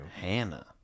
hannah